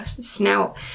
snout